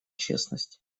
честность